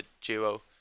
duo